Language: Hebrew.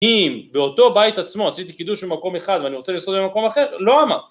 אם באותו בית עצמו עשיתי קידוש במקום אחד ואני רוצה לנסות במקום אחר, לא אמר.